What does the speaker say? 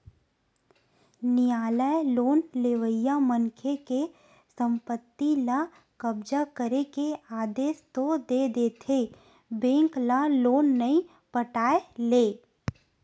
नियालय लोन लेवइया मनखे के संपत्ति ल कब्जा करे के आदेस तो दे देथे बेंक ल लोन नइ पटाय ले